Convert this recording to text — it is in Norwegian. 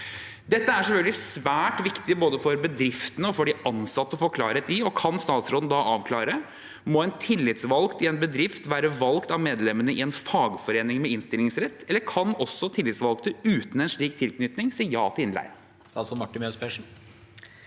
Dette er selvfølgelig svært viktig både for bedriftene og for de ansatte å få klarhet i. Kan statsråden avklare: Må en tillitsvalgt i en bedrift være valgt av medlemmene i en fagforening med innstillingsrett, eller kan også tillitsvalgte uten en slik tilknytning si ja til innleie?